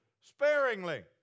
sparingly